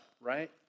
right